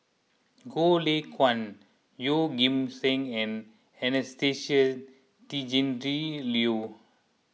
Goh Lay Kuan Yeoh Ghim Seng and Anastasia Tjendri Liew